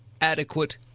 adequate